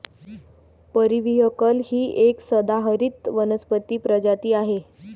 periwinkle ही एक सदाहरित वनस्पती प्रजाती आहे